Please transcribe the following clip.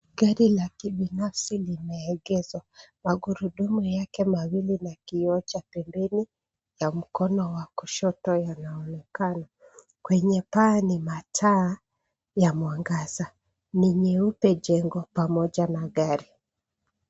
Gari la kibinafsi limeegeshwa. Magurudumu yake mawili na kioo cha pembeni ya mkono wa kushoto yanaonekana. Kwenye paa ni mataa ya mwangaza. Ni nyeupe jengo pamoja na gari.